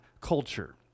culture